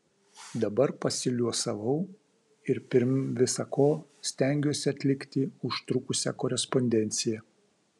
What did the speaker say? dabar pasiliuosavau ir pirm visa ko stengiuosi atlikti užtrukusią korespondenciją